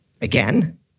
again